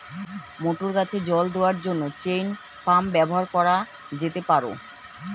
মটর গাছে জল দেওয়ার জন্য চেইন পাম্প ব্যবহার করা যেতে পার?